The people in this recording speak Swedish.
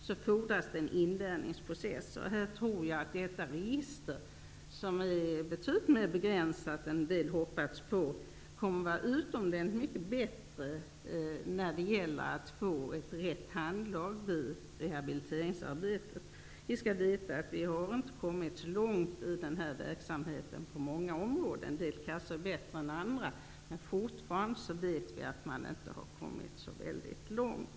Det fordras en inlärningsprocess. Detta register är betydligt mer begränsat än vad en del hade hoppats på. Jag tror att det kommer att vara utomordentligt mycket bättre när det gäller att få rätt handlag vid rehabiliteringsarbetet. Man har på många ställen inte kommit så långt inom denna verksamhet. En del kassor är bättre än andra. Men vi vet att man fortfarande inte kommit så särskilt långt.